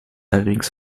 allerdings